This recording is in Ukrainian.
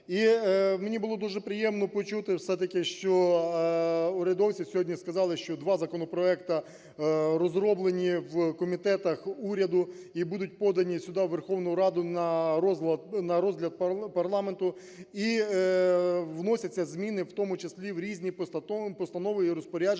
мені було дуже приємно почути все-таки, що урядовці сьогодні сказали, що два законопроекти розроблені в комітетах уряду і будуть подані сюди, в Верховну Раду, на розгляд парламенту і вносяться зміни в тому числі в різні постанови і розпорядження,